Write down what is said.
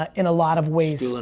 ah in a lot of ways.